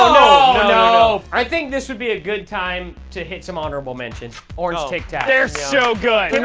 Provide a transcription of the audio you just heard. no, no. i think this would be a good time to hit some honorable mentions. orange tic tacs. they're so good.